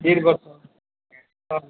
डेढ वर्ष